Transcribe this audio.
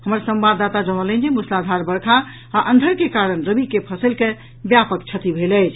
हमर संवाददाता जनौलनि जे मूसलाधार वर्षा आ अंधर के कारण रबी के फसलि के व्यापक क्षति भेल अछि